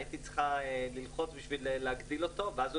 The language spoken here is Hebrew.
הייתי צריכה ללחוץ כדי להגדיל אותו ואז הוא